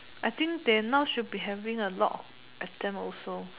I think they now should be having a lot of exam also